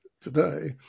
today